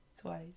Twice